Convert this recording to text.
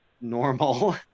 normal